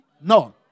No